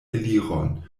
eliron